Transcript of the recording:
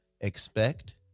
expect